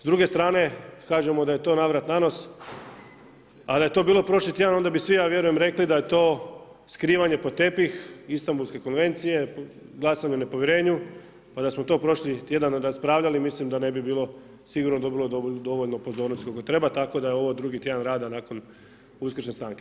S druge strane, kažemo da je to navrat-nanos, a da je to bilo prošli tjedan, onda bi svi, ja vjerujem, rekli da je to skrivanje pod tepih Istanbulske konvencije, glasanje o nepovjerenju, pa da smo to prošli tjedan raspravljali, mislim da ne bi bilo sigurno dobilo dovoljno pozornosti kako treba, tako da je ovo drugi tjedan rada nakon uskršnje stanke.